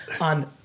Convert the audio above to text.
on